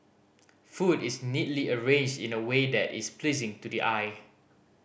food is neatly arranged in a way that is pleasing to the eye